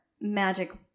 magic